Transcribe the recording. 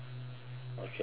okay so